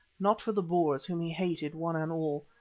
not for the boers whom he hated one and all,